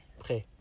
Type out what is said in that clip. Prêt